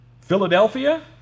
Philadelphia